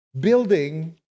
building